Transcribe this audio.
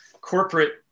corporate